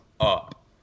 up